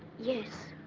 yes.